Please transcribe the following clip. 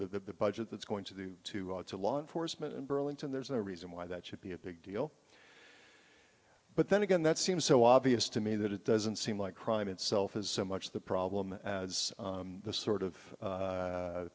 the budget that's going to the to go to law enforcement in burlington there's no reason why that should be a big deal but then again that seems so obvious to me that it doesn't seem like crime itself is so much the problem as the sort of u